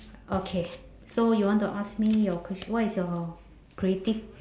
okay so you want to ask me your questio~ what is your creative